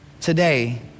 today